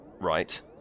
Right